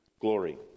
glory